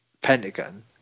Pentagon